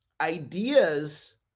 ideas